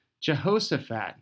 Jehoshaphat